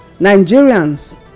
Nigerians